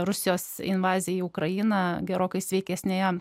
rusijos invaziją į ukrainą gerokai sveikesnę jo